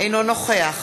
אינו נוכח